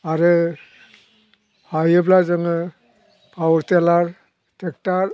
आरो हायोब्ला जोङो पावार टिलार ट्रेक्ट'र